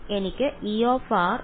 എനിക്ക് E − Ei ഉണ്ട്